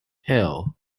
hill